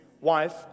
wife